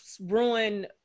ruin